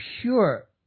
pure